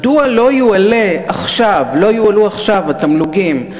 מדוע לא יועלו עכשיו התמלוגים,